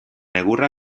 egurra